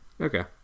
Okay